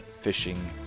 fishing